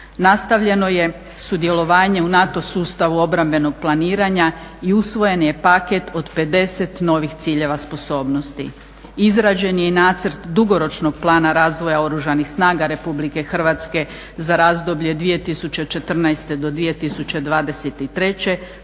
Nastavljeno je sudjelovanje u NATO sustavu obrambenog planiranja i usvojen je paket od 50 novih ciljeva sposobnosti. Izrađen je i nacrt dugoročnog plana razvoja Oružanih snaga Republike Hrvatske za razdoblje 2014.-2023.